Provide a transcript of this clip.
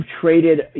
traded